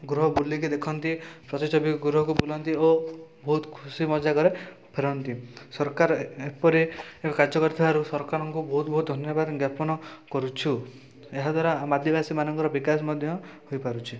ଗୃହ ବୁଲିକି ଦେଖନ୍ତି ପ୍ରତିଛବି ଗୃହକୁ ବୁଲନ୍ତି ଓ ବହୁତ ଖୁସି ମଜାକରେ ଫେରନ୍ତି ସରକାର ଏ ଏପରି କାର୍ଯ୍ୟ କରିଥିବାରୁ ସରକାରଙ୍କୁ ବହୁତ ବହୁତ ଧନ୍ୟବାଦ ଜ୍ଞାପନ କରୁଛୁ ଏହାଦ୍ଵାରା ଆମ ଆଦିବାସୀମାନଙ୍କର ବିକାଶ ମଧ୍ୟ ହୋଇପାରୁଛି